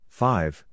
five